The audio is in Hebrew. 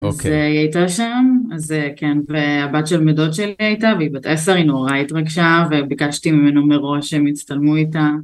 אז היא הייתה שם, אז כן, והבת של בן דוד שלי הייתה, והיא בת 10, היא נורא התרגשה, וביקשתי ממנו מראש, הם הצטלמו איתה.